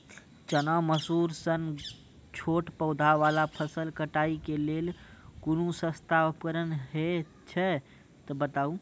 चना, मसूर सन छोट पौधा वाला फसल कटाई के लेल कूनू सस्ता उपकरण हे छै तऽ बताऊ?